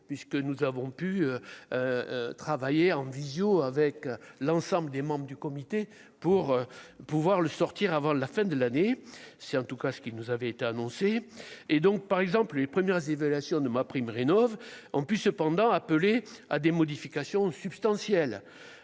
puisque nous avons pu travailler en visio avec l'ensemble des membres du comité pour pouvoir le sortir avant la fin de l'année, c'est en tout cas, ce qui nous avait été annoncé et donc, par exemple, les premières évaluations de MaPrimeRénov'en puisse cependant appelé à des modifications substantielles,